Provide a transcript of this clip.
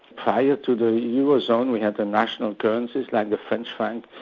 prior to the eurozone we had the national currencies, like the french franc,